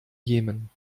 jemen